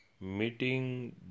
Meeting